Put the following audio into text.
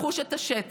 לחוש את השטח,